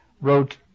wrote